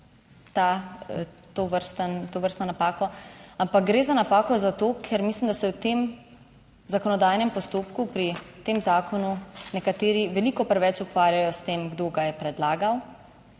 tovrstno napako, ampak gre za napako zato, ker mislim, da se v tem zakonodajnem postopku, pri tem zakonu nekateri veliko preveč ukvarjajo s tem, kdo ga je predlagal,